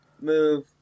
move